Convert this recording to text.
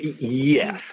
yes